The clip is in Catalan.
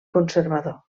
conservador